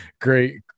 great